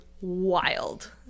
wild